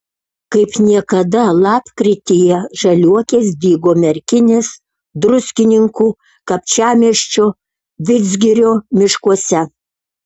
kaip niekada lapkrityje žaliuokės dygo merkinės druskininkų kapčiamiesčio vidzgirio miškuose